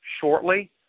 shortly